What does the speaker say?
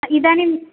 इदानीं